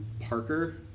Parker